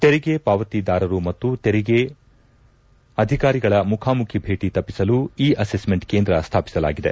ತೆರಿಗೆ ಪಾವತಿದಾರರು ಮತ್ತು ತೆರಿಗೆ ಅಧಿಕಾರಿಗಳ ಮುಖಾಮುಖಿ ಭೇಟಿ ತಪ್ಪಿಸಲು ಇ ಅಸೆಸ್ಮೆಂಟ್ ಕೇಂದ್ರ ಸ್ಥಾಪಿಸಲಾಗಿದೆ